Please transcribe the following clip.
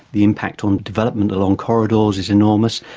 the impact on development along corridors is enormous,